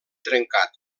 trencat